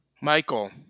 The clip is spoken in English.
Michael